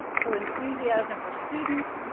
her enthusiasm for students,